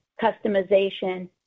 customization